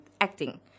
Acting